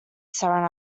seven